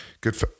good